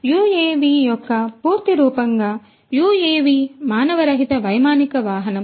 UAV యొక్క పూర్తి రూపంగా UAV మానవరహిత వైమానిక వాహనం